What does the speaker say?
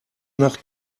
nach